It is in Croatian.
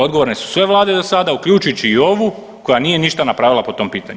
Odgovorne su sve vlade do sada uključujući i ovu koja nije ništa na pravila po tom pitanju.